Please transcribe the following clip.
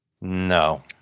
No